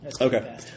Okay